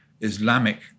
Islamic